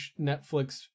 Netflix